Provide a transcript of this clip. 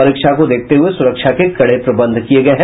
परीक्षा को देखते हुये सुरक्षा के कड़े प्रबंध किये गये हैं